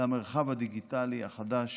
למרחב הדיגיטלי החדש